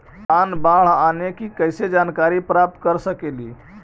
तूफान, बाढ़ आने की कैसे जानकारी प्राप्त कर सकेली?